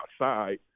outside